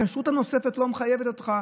הכשרות הנוספת לא מחייבת אותך.